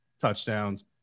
touchdowns